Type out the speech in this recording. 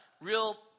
real